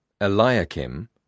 Eliakim